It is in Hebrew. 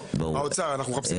השולחן.